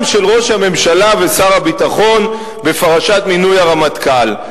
של ראש הממשלה ושר הביטחון בפרשת מינוי הרמטכ"ל.